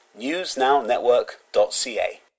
newsnownetwork.ca